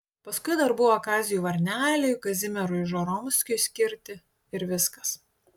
paskui dar buvo kaziui varneliui kazimierui žoromskiui skirti ir viskas